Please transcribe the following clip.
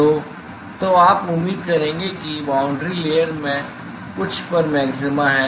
तो तो आप उम्मीद करेंगे कि बाॅन्ड्री लेयर में कुछ पर मैक्सिमा है